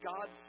God